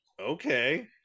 okay